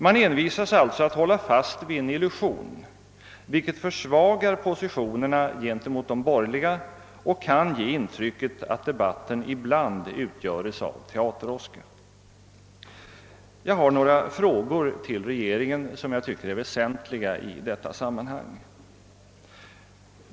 Man envisas alltså med att hålla fast vid en illusion, vilket försvagar positionerna gentemot de borgerliga och kan ge intrycket att debatten ibland utgörs av teateråska. Jag har några frågor till regeringen som jag tycker är väsentliga i detta sammanhang.